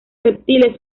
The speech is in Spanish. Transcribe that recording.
reptiles